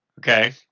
Okay